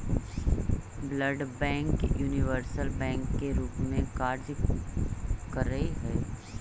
world bank universal bank के रूप में कार्य करऽ हइ